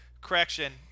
correction